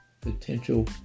potential